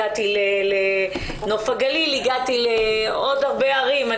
הגעתי לנוף הגליל והגעתי לעוד הרבה ערים.